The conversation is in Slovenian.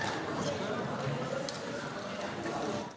Hvala